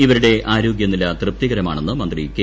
ഇവരുടെ ആരോഗൃനില തൃപ്തികരമാണെന്ന് മന്ത്രി കെ